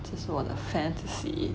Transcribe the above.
这是我的 fantasy